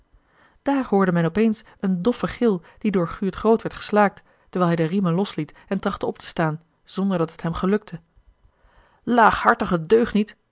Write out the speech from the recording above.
daar hoorde men op eens een doffen gil die door guurt groot werd geslaakt terwijl hij de riemen losliet en trachtte op te staan zonder dat het hem gelukte laaghartige deugniet